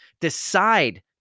decide